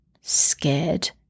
scared